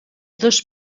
dos